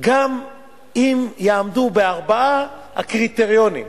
גם אם יעמדו בארבעת הקריטריונים,